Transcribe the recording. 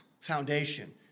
foundation